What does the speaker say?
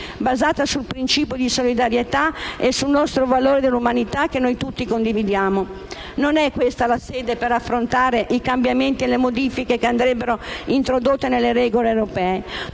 basata sul principio di solidarietà e sul nostro valore dell'umanità che noi tutti condividiamo. Non è questa la sede per affrontare il tema dei cambiamenti e delle modifiche che andrebbero introdotte nelle regole europee,